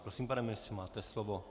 Prosím, pane ministře, máte slovo.